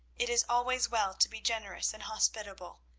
it is always well to be generous and hospitable.